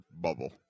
Bubble